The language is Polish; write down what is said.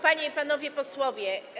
Panie i Panowie Posłowie!